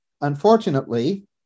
unfortunately